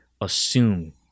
assume